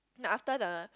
know after the